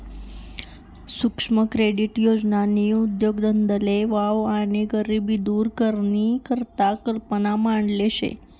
सुक्ष्म क्रेडीट योजननी उद्देगधंदाले वाव आणि गरिबी दूर करानी करता कल्पना मांडेल शे